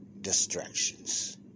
distractions